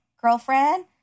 girlfriend